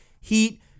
Heat